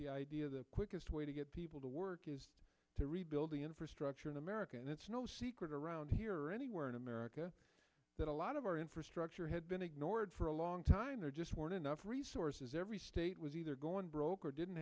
the idea of the quickest way to get people to work is to rebuild the infrastructure in america and it's no secret around here or anywhere in america that a lot of our infrastructure had been ignored for a long time there just weren't enough resources every state was either going broke or didn't